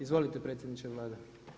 Izvolite predsjedniče Vlade.